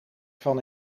van